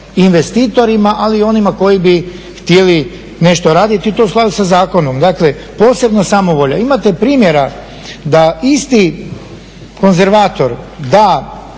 investitorima, ali i onima koji bi htjeli nešto raditi i to u skladu sa zakonom, dakle posebno samovolja. Imate primjera da isti konzervator da